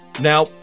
Now